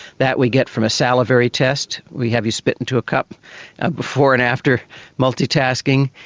that we get from a salivary test, we have you spit into a cup ah before and after multitasking.